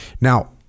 Now